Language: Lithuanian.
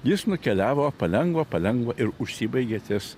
jis nukeliavo palengva palengva ir užsibaigė ties